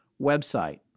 website